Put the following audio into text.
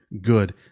Good